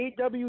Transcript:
AW